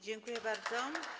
Dziękuję bardzo.